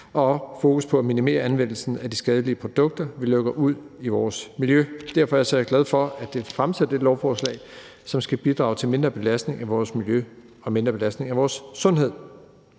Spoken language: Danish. og fokus på at minimere anvendelsen af de skadelige produkter, vi lukker ud i vores miljø. Derfor er jeg glad for at fremsætte dette lovforslag, som skal bidrage til en mindre belastning af vores miljø og en mindre belastning af vores sundhed.